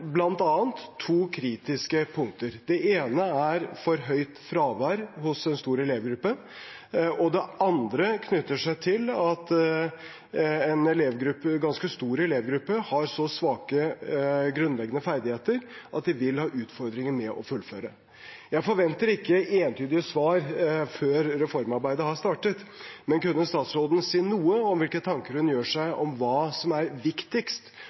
to kritiske punkter. Det ene er for høyt fravær hos en stor elevgruppe, og det andre knytter seg til at en ganske stor elevgruppe har så svake grunnleggende ferdigheter at de vil ha utfordringer med å fullføre. Jeg forventer ikke entydige svar før reformarbeidet har startet, men kunne statsråden si noe om hvilke tanker hun gjør seg om hva som er viktigst